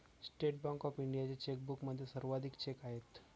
state bank of इंडियाच्या चेकबुकमध्ये सर्वाधिक चेक आहेत